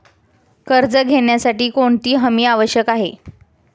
कर्ज घेण्यासाठी कोणती हमी आवश्यक आहे?